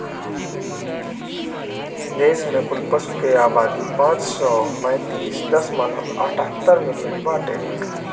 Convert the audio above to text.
देश में कुल पशु के आबादी पाँच सौ पैंतीस दशमलव अठहत्तर मिलियन बाटे